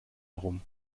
herum